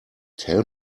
tell